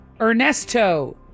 ernesto